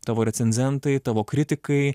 tavo recenzentai tavo kritikai